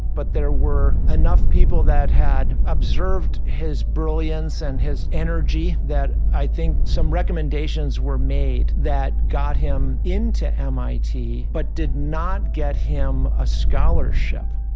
but there were enough people that had observed his brilliance and his energy that i think some recommendations were made that got him into mit, but did not get him a scholarship